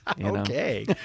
Okay